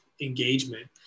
engagement